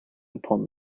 upon